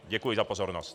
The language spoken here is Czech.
Děkuji za pozornost.